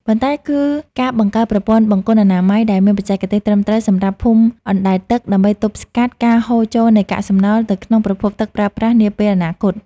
ប៉ុន្តែគឺការបង្កើតប្រព័ន្ធបង្គន់អនាម័យដែលមានបច្ចេកទេសត្រឹមត្រូវសម្រាប់ភូមិអណ្តែតទឹក ដើម្បីទប់ស្កាត់ការហូរចូលនៃកាកសំណល់ទៅក្នុងប្រភពទឹកប្រើប្រាស់នាពេលអនាគត។